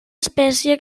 espècie